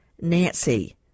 nancy